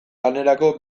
lanerako